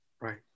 right